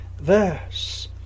verse